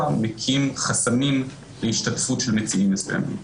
מקים חסמים להשתתפות של מציעים מסוימים.